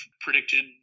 predicted